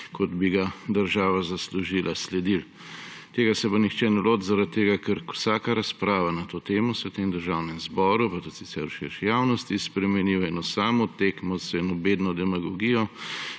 kot bi ga država zaslužila, sledili. Tega se pa nihče ne loti, ker vsaka razprava na to temo se v tem državnem zboru pa tudi sicer v širši javnosti spremeni v eno samo tekmo z eno bedno demagogijo